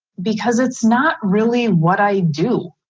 because it's not really what i do.